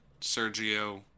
Sergio